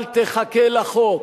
אל תחכה לחוק,